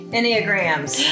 Enneagrams